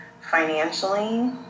financially